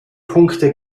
punkte